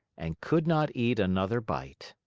and could not eat another bite.